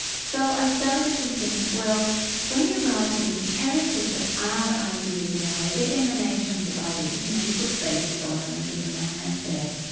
so i started to think well when you're writing characters ah are ideas in a way, they're emanations of ideas, you know you put faces on them and give them a handbag.